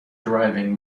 driving